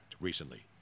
recently